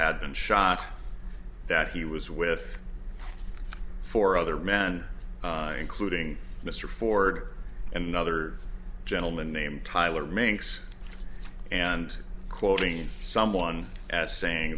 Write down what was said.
had been shot that he was with four other men including mr ford and another gentleman named tyler minks and quoting someone as saying